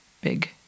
big